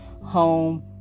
home